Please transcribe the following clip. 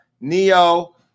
Neo